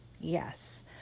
yes